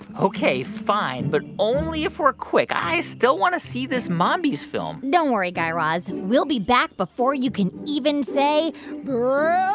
ok, fine. but only if we're quick. i still want to see this mombies film don't worry, guy raz. we'll be back before you can even say brains